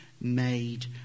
made